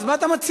מה אתה מציע?